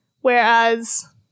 whereas